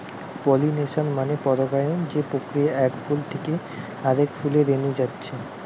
pollination মানে পরাগায়ন যে প্রক্রিয়ায় এক ফুল থিকে আরেক ফুলে রেনু যাচ্ছে